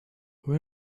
where